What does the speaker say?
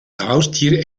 haustier